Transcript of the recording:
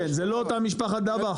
כן, זה לא אותה משפחת דבאח?